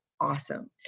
awesome